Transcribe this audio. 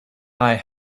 high